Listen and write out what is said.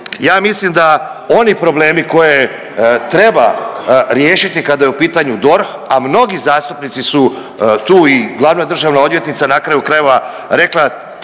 ja mislim da oni problemi koje treba riješiti kada je u pitanju DORH, a mnogi zastupnici su tu i glavna državna odvjetnica na kraju krajeva je rekla